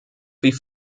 wie